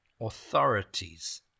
authorities